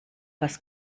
was